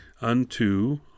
unto